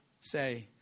say